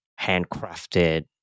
handcrafted